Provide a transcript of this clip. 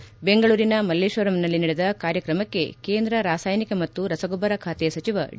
ಈ ಸಂಬಂಧ ಬೆಂಗಳೂರಿನ ಮಲ್ಲೇಶ್ವರಂನಲ್ಲಿ ನಡೆದ ಕಾರ್ಯಕ್ರಮಕ್ಕೆ ಕೇಂದ್ರ ರಾಸಾಯನಿಕ ಮತ್ತು ರಸಗೊಬ್ಬರ ಖಾತೆ ಸಚಿವ ಡಿ